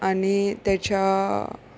आनी तेच्या